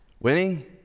Winning